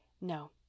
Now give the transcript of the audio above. No